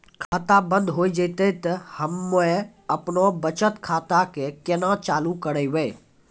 खाता बंद हो जैतै तऽ हम्मे आपनौ बचत खाता कऽ केना चालू करवै?